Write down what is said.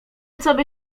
coby